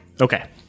Okay